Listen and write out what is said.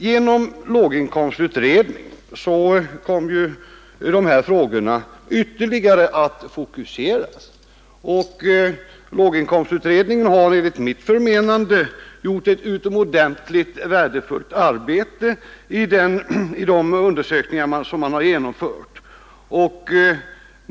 Genom låginkomstutredningen kom dessa frågor ytterligare att fokuseras,. Låginkomstutredningen har enligt mitt förmenande gjort ett utomordentligt värdefullt arbete i de undersökningar som man har genomfört.